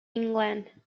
england